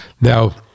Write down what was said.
Now